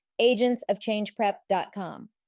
agentsofchangeprep.com